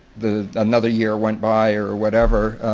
the another year went by or whatever,